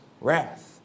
wrath